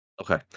Okay